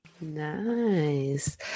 Nice